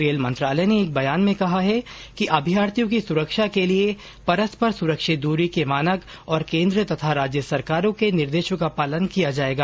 rail मंत्रालय ने एक बयान में कहा है कि अभ्यार्थियों की सुरक्षा के लिए परस्पर सुरक्षित दूरी के मानक और केंद्र तथा राज्य सरकारों के निर्देशों का पालन किया जाएगा